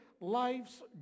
life's